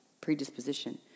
predisposition